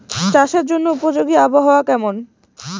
চাষের জন্য উপযোগী আবহাওয়া কেমন?